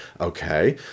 Okay